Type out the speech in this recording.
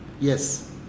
Yes